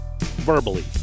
verbally